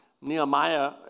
Nehemiah